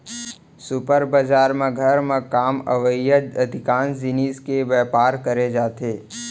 super बजार म घर म काम अवइया अधिकांस जिनिस के बयपार करे जाथे